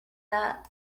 that